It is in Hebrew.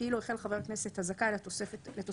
כאילו החל חבר הכנסת הזכאי לתוספת